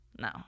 No